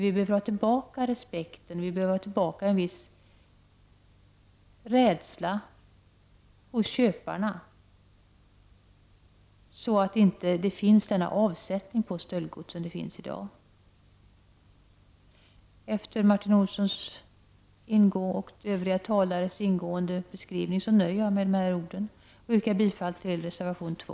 Vi behöver ha tillbaka respekten och inplantera en viss rädsla hos köparna så att möjligheterna att avsätta stöldgods begränsas. Efter Martin Olssons och övriga talares ingående beskrivningar nöjer jag mig med att yrka bifall till reservation nr 2.